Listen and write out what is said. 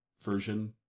version